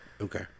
Okay